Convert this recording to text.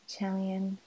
Italian